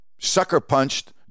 sucker-punched